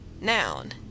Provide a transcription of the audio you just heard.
Noun